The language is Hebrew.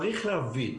צריך להבין,